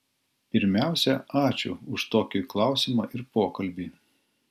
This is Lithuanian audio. pirmiausia ačiū už tokį klausimą ir pokalbį